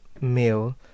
meal